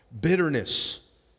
Bitterness